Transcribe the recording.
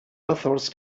authors